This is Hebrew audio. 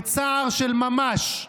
בצער של ממש,